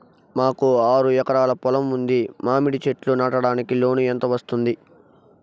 మాకు ఆరు ఎకరాలు పొలం ఉంది, మామిడి చెట్లు నాటడానికి లోను ఎంత వస్తుంది?